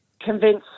convince